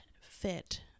fit